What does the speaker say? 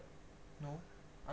No